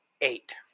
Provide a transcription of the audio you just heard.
eight